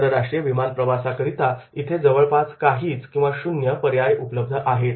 आंतरराष्ट्रीय विमान प्रवासाकरीता इथे जवळपास काहीच किंवा शून्य पर्याय उपलब्ध आहेत